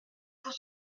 pour